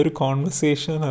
conversation